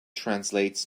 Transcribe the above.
translates